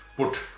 Put